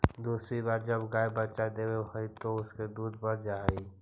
दूसरी बार जब गाय बच्चा देवअ हई तब उसका दूध बढ़ जा हई